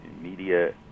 media